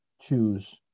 choose